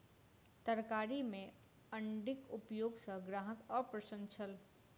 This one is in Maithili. तरकारी में अण्डीक उपयोग सॅ ग्राहक अप्रसन्न छल